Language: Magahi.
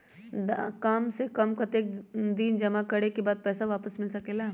काम से कम कतेक दिन जमा करें के बाद पैसा वापस मिल सकेला?